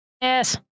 yes